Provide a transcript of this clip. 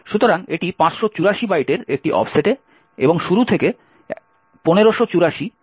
সুতরাং এটি 584 বাইটের একটি অফসেটে এবং শুরু থেকে 1584 এর একটি অ্যাড্রেস রয়েছে